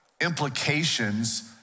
implications